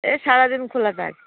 এ সারাদিন খোলা থাকে